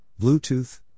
Bluetooth